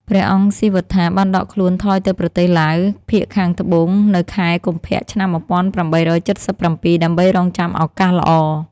ព្រះអង្គស៊ីវត្ថាបានដកខ្លួនថយទៅប្រទេសឡាវភាគខាងត្បូងនៅខែកុម្ភៈ ឆ្នាំ ១៨៧៧ ដើម្បីរង់ចាំឱកាសល្អ។